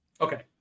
Okay